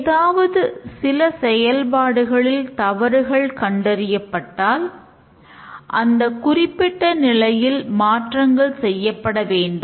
ஏதாவது சில செயல்பாடுகளில் தவறுகள் கண்டறியப்பட்டால் அந்த குறிப்பிட்ட நிலையில் மாற்றங்கள் செய்யப்பட வேண்டும்